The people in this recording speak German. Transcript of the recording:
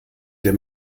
der